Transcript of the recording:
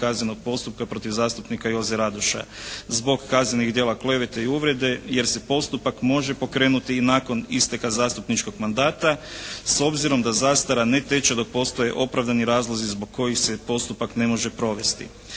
kaznenog postupka protiv zastupnika Joze Radoša zbog kaznenih djela klevete i uvrede, jer se postupak može pokrenuti i nakon isteka zastupničkog mandata s obzirom da zastara ne teče dok postoje opravdani razlozi zbog kojih se postupak ne može provesti.